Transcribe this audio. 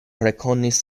rekonis